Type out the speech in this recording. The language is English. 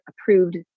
approved